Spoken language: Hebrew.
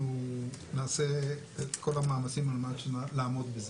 אנחנו נעשה את כל המאמצים על מנת לעמוד בזה.